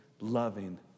loving